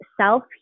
self